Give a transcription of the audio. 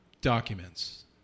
documents